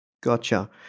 Gotcha